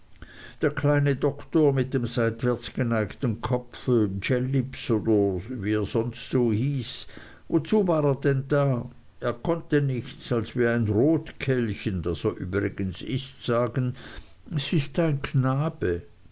der kleine doktor mit dem seitwärts geneigten kopf jellips oder wie er sonst hieß wozu war er denn da er konnte nichts als wie ein rotkehlchen das er übrigens ist sagen s ist ein knabe